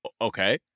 Okay